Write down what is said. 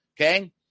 Okay